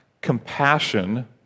compassion